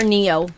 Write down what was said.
Neo